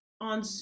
on